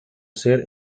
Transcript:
ser